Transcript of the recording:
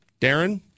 Darren